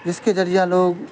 جس کے ذریعہ لوگ